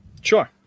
Sure